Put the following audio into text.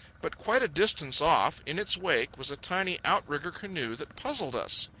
but quite a distance off, in its wake, was a tiny out rigger canoe that puzzled us.